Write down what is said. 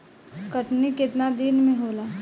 कटनी केतना दिन में होला?